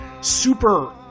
super